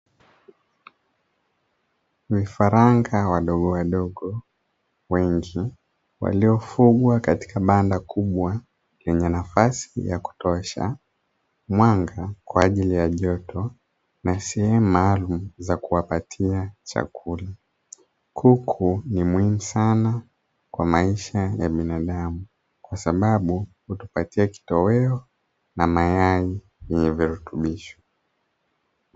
Vifaranga wadogo wadogo wengi waliofugwa katika banda kubwa lenye nafasi ya kutosha mwanga, kwa ajili ya joto na sehemu maalum za kuwapatia chakula. Kuku ni muhimu sana kwa maisha ya binadamu kwa sababu hutupatia kitoweo na mayai yenye virutubisho.